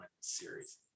series